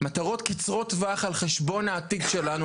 מטרות קצרות טווח על חשבון העתיד שלנו.